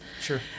Sure